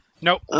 Nope